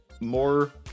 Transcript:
more